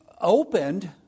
opened